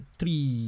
three